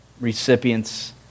recipients